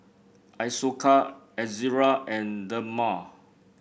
Isocal Ezerra and Dermale